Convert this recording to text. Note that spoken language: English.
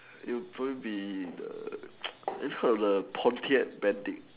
you probably be the it quite of the phonier bandit